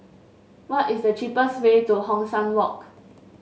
what is the cheapest way to Hong San Walk